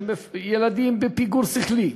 של ילדים בפיגור שכלי,